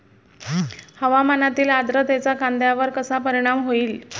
हवामानातील आर्द्रतेचा कांद्यावर कसा परिणाम होईल?